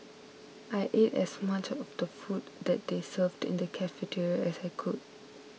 I ate as much of the food that they served in the cafeteria as I could